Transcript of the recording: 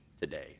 today